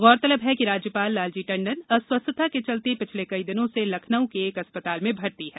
गौरतलब है कि राज्यपाल लालजी टंडन अस्वस्थता के चलते पिछले कई दिनों से लखनऊ के एक अस्पताल में भर्ती हैं